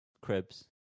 Cribs